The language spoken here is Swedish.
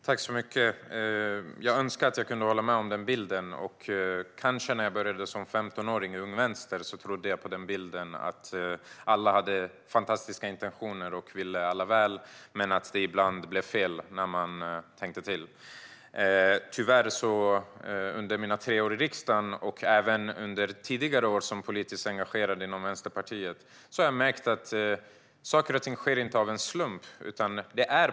Fru talman! Jag önskar att jag kunde hålla med om den bilden. Kanske trodde jag när jag som 15-åring började i Ung Vänster på bilden att alla hade fantastiska intentioner och ville alla väl men att det ibland blev fel i tanken. Under mina tre år i riksdagen och även under mina tidigare år som politiskt engagerad inom Vänsterpartiet har jag märkt att saker och ting inte sker av en slump.